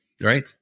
Right